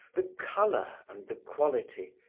the color and the quality,